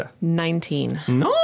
Nineteen